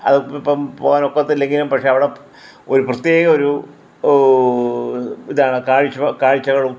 അതിപ്പം പോകുവാനൊക്കത്തില്ലെങ്കിലും പക്ഷെ അവിടെ ഒരു പ്രത്യേക ഒരു ഇതാണ് കാഴ്ച കാഴ്ചകളും